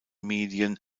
medien